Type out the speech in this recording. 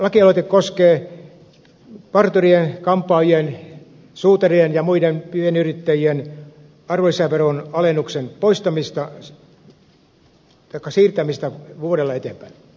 lakialoite koskee parturien kampaajien suutarien ja muiden pienyrittäjien arvonlisäveron alennuksen poistamisen siirtämistä vuodella eteenpäin